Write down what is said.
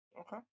Okay